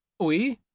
we?